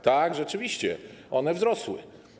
Tak, rzeczywiście, one wzrosły.